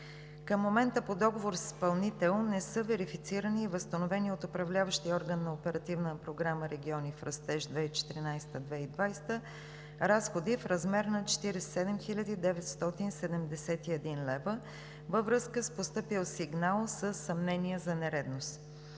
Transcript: Към момента по договор с изпълнител не са верифицирани и възстановени от управляващия орган на Оперативна програма „Региони в растеж 2014 – 2020 г.“ разходи в размер на 47 хил. 971 лв. във връзка с постъпил сигнал със съмнения за нередност.